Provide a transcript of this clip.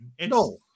No